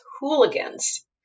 hooligans